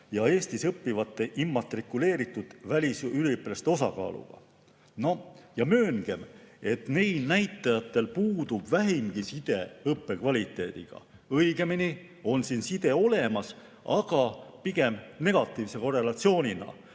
ja Eestis õppivate immatrikuleeritud välisüliõpilaste osakaalu põhjal. Mööngem, et neil näitajatel puudub vähimgi side õppe kvaliteediga. Õigemini on side olemas, aga pigem negatiivse korrelatsioonina.